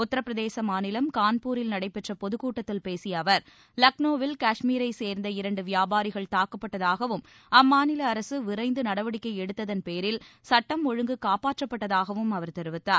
உத்திரப்பிரதேச மாநிலம் கான்பூரில் நடைபெற்ற பொதுக்கூட்டத்தில் பேசிய அவர் லக்னோவில் காஷ்மீரைச் சேர்ந்த இரண்டு வியாபாரிகள் தாக்கப்பட்டதாகவும் அம்மாநில அரசு விரைந்து நடவடிக்கை எடுத்ததன் பேரில் சட்டம் ஒழுங்கு காப்பாற்றப்பட்டதாகவும் அவர் தெரிவித்தார்